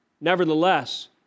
Nevertheless